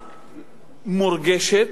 מורגשת,